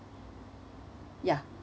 ya